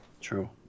True